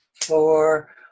four